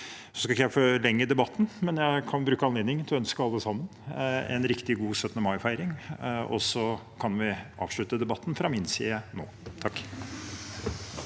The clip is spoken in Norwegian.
Jeg skal ikke forlenge debatten, men jeg kan bruke anledningen til å ønske alle sammen en riktig god 17. mai-feiring. Vi kan avslutte debatten fra min side nå. Takk.